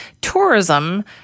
Tourism